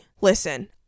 Listen